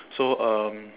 so um